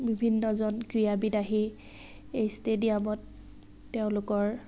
বিভিন্নজন ক্ৰীড়াবিদ আহি এই ষ্টেডিয়ামত তেওঁলোকৰ